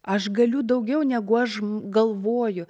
aš galiu daugiau negu aš galvoju